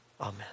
Amen